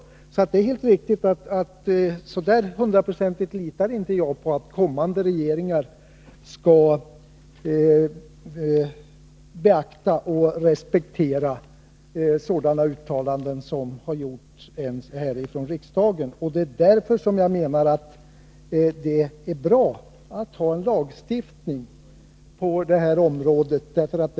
Det är alltså helt riktigt att jag inte helt litar på att kommande regeringar respekterar uttalanden från riksdagen. Det är därför som jag menar att det är bra att ha en lagstiftning om den fysiska riksplaneringen.